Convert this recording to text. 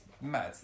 mad